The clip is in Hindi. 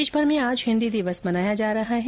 देशभर में आज हिन्दी दिवस मनाया जा रहा है